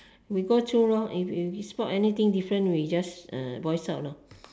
we go through lor we if if we spot anything different we just voice out now